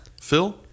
Phil